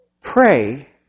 pray